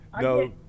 No